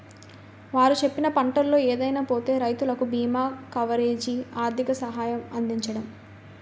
వారు చెప్పిన పంటల్లో ఏదైనా పోతే రైతులకు బీమా కవరేజీ, ఆర్థిక సహాయం అందించడం